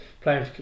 playing